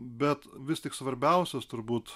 bet vis tik svarbiausias turbūt